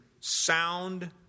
sound